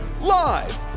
Live